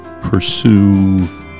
pursue